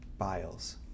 Biles